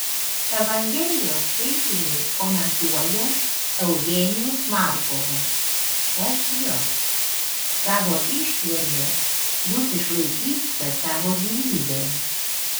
evangelijos skaitinį komentuoja eugenijus markovas sj savo ištverme jūs išlaikysite savo gyvybę